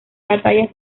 batallas